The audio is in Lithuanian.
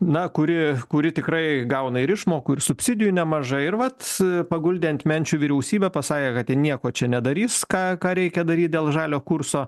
na kuri kuri tikrai gauna ir išmokų ir subsidijų nemažai ir vat paguldė ant menčių vyriausybę pasakė kad jie nieko čia nedarys ką ką reikia daryt dėl žalio kurso